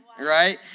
right